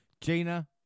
Gina